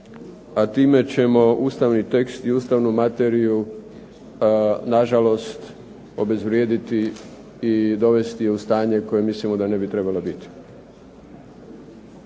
a time ćemo ustavni tekst i ustavnu materiju nažalost obezvrijediti i dovesti je u stanje u kojem mislimo da ne bi trebala biti.